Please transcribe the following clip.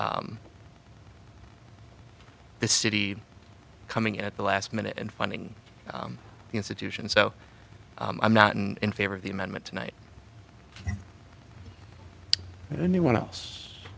the city coming in at the last minute and funding the institution so i'm not in favor of the amendment tonight anyone else